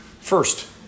first